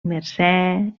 mercè